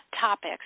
Topics